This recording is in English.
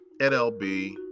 NLB